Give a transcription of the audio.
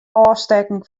ôfstekken